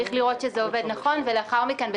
צריך לראות שזה עובד נכון ולאחר מכן,